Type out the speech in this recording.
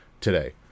today